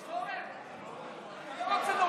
חבר'ה,